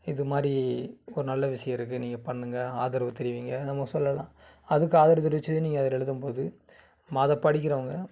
இது மாதிரி ஒரு நல்ல விஷயம் இருக்குது நீங்கள் பண்ணுங்கள் ஆதரவு தெரிவியுங்க நம்ம சொல்லலாம் அதுக்கு ஆதரவு தெரிவித்து நீங்கள் அதில் எழுதும் போது அதை படிக்கிறவங்க